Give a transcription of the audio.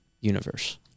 universe